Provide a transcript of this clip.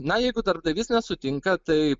na jeigu darbdavys nesutinka tai